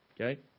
Okay